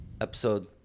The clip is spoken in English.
episode